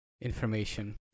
information